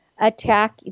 attack